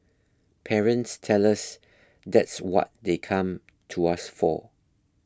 parents tell us that's what they come to us for